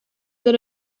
der